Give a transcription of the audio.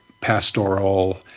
pastoral